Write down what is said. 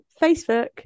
Facebook